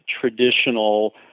traditional